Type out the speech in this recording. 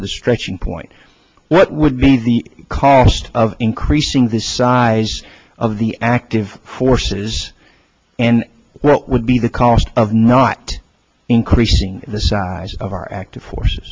to the stretching point what would be the cost of increasing the size of the active forces and well would be the cost of not increasing the size of our active forces